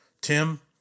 Tim